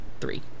Three